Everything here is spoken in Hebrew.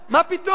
מה פתאום.